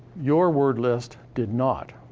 your word list did not.